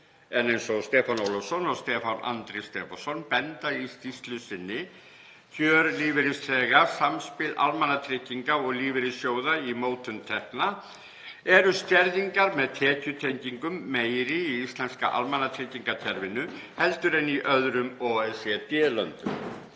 en eins og Stefán Ólafsson og Stefán Andri Stefánsson benda á í skýrslu sinni. Kjör lífeyrisþega – samspil almannatrygginga og lífeyrissjóða í mótun tekna, eru skerðingar með tekjutengingu meiri í íslenska almannatryggingakerfinu heldur en í öðrum OECD-löndum.